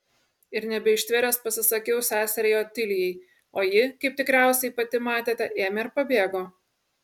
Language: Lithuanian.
ir nebeištvėręs pasisakiau seseriai otilijai o ji kaip tikriausiai pati matėte ėmė ir pabėgo